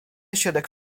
środek